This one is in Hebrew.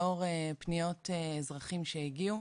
לאור פניות אזרחים שהגיעו,